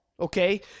Okay